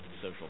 social